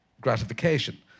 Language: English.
gratification